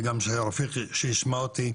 שגם רפיק יישמע אותי,